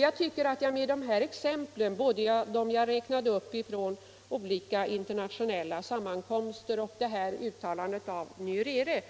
Jag tycker att jag med dessa exempel, både dem som jag anförde från olika internationella sammankomster och uttalandet av Nyerere,